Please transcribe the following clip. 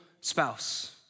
spouse